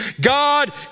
God